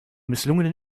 misslungenen